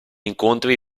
incontri